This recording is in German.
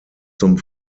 zum